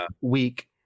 week